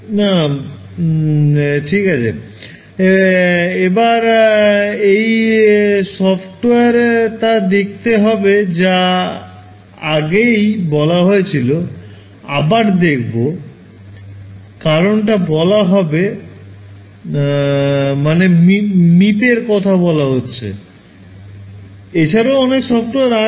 না ঠিক আছে এবার এই সফটওয়্যার তা দেখতে হবে যা আগেই বলা হয়েছিল আবার দেখবো কারণটা বলা হবে মানে Meep এর কথা বলা হচ্ছে এছারাও অনেক সফটওয়্যার আছে